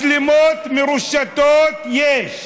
מצלמות מרושתות, יש,